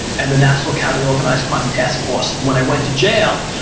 and the nassau county organized crime task force when i went to jail,